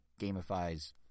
gamifies